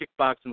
kickboxing